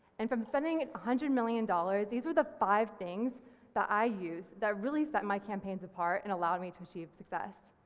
and from spending a one hundred million dollars these were the five things that i used that really set my campaigns apart and allowed me to achieve success.